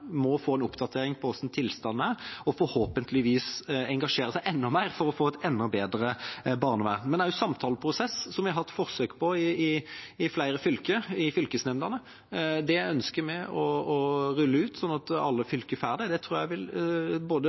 få en oppdatering på hvordan tilstanden er, og forhåpentligvis engasjere seg enda mer for å få et enda bedre barnevern. Men vi har også hatt forsøk med en samtaleprosess i fylkesnemndene i flere fylker. Det ønsker vi å rulle ut slik at alle fylker får det. Det tror jeg vil